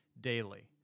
daily